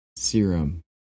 Serum